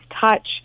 touch